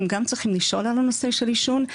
הם גם צריכים לשאול על הנושא של עישון,